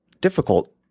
difficult